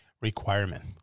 requirement